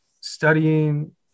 studying